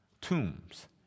Tombs